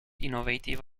innovative